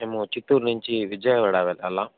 మేము చిత్తూరు నుంచి విజయవాడ వెళ్ళాలా